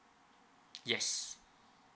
yes